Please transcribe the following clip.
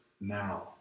now